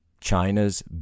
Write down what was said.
china's